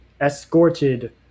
escorted